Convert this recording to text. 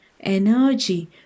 energy